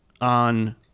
on